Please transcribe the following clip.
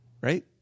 right